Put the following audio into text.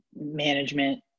management